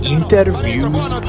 Interviews